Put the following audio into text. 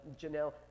Janelle